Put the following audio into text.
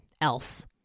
else